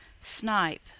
Snipe